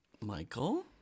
Michael